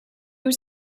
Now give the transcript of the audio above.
was